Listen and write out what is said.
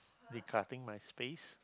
decluttering my space